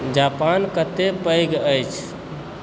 Japan कतेक पैघ अछि